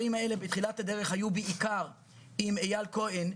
בתחילת הדרך זה היה בעיקר עם איל כהן,